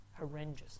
horrendous